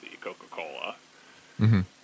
Coca-Cola